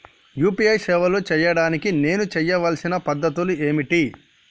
UPI సేవలు చేయడానికి నేను చేయవలసిన పద్ధతులు ఏమిటి?